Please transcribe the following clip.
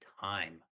time